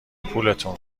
پولتون